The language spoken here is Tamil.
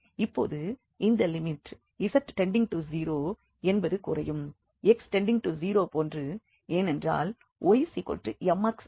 இப்பொழுது இந்த லிமிட் z→0 என்பது குறையும் x→0 போன்று ஏனென்றால் ymx ஆகும்